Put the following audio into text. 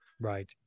Right